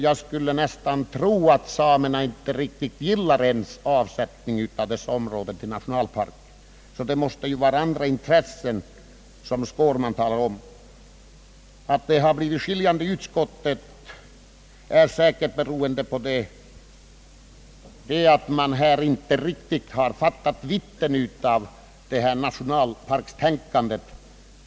Jag skulle nästan tro att samerna inte riktigt gillar att dessa områden avsätts till nationalpark. Det måste vara andra intressen som ligger bakom herr Skårmans ställningstagande. Att det har blivit skilda meningar i utskottet är säkert beroende på att man inte riktigt har fattat omfattningen av nationalparkstänkandet.